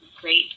great